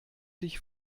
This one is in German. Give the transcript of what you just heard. dich